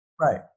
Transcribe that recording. Right